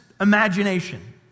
imagination